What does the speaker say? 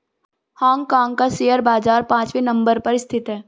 Hong Kong का share बाजार पांचवे नम्बर पर स्थित है